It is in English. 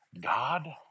God